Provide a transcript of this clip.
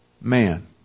man